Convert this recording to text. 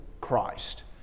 Christ